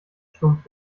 stumpf